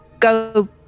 go